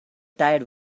tired